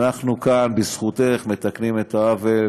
אנחנו כאן בזכותך מתקנים את העוול